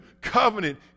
covenant